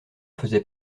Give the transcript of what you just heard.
faisait